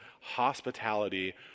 hospitality